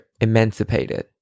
emancipated